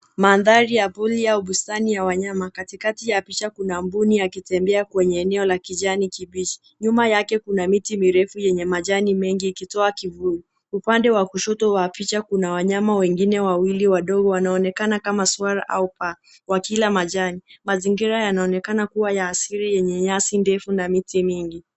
Mandhari ya pori au bustani ya wanyama. Katikati ya picha kuna mbuni akitembea kwenye eneo la kijani kibichi. Nyuma yake kuna miti mirefu yenye majani mengi ikitoa kivuli. Upande wa kushoto wa picha kuna wanyama wengine wawili wadogo wanaoonekana kama swara au paa wakila majani. Mazingira yanaonekana kuwa ya asili yenye nyasi ndefu na miti mingi.